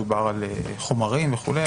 דובר על חומרים וכולי.